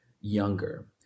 younger